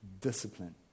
discipline